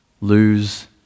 lose